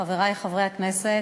חברי חברי הכנסת,